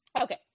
okay